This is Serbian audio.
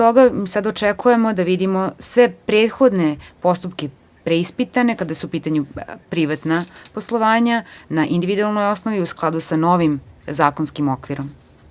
Očekujemo da vidimo sve prethodne postupke preispitane kada su u pitanju privatna poslovanja na individualnoj osnovi u skladu sa novim zakonskim okvirom.